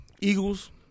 Eagles